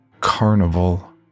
Carnival